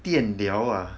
电疗啊